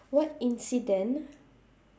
what incident